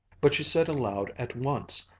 but she said aloud at once,